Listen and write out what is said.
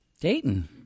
Dayton